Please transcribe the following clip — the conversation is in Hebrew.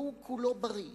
והוא כולו בריא,